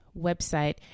website